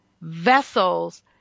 vessels